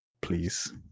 please